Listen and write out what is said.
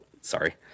sorry